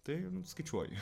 tai skaičiuoju